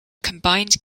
combined